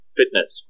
fitness